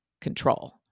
control